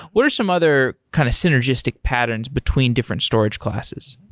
what are some other kind of synergistic patterns between different storage classes?